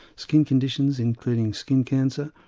skin conditions including skin cancer,